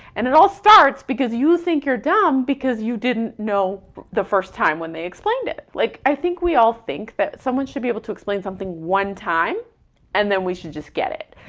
and it all starts because you think you're dumb because you didn't know the first time when they explained it. like, i think we all think that someone should be able to explain something one time and then we should just get it,